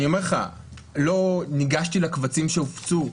לא ניגשתי לקבצים שהופצו,